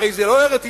הרי זה לא ארץ-ישראל,